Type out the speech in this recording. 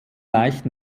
leicht